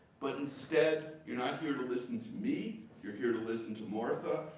but instead, you're not here to listen to me, you're here to listen to martha,